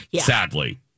Sadly